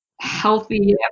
healthy